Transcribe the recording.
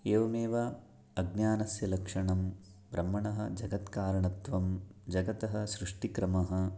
एवमेव अज्ञानस्य लक्षणं ब्रह्मणः जगत्कारणत्वं जगतः सृष्टिक्रमः